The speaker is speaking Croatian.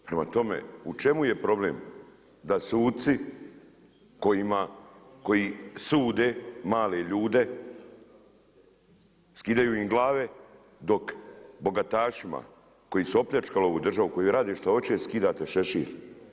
Prema tome, u čemu je problem da suci koji sude male ljude, skidaju im glave, dok bogatašima koji su opljačkali ovu državu, koji rade šta hoćete, skidate šešir.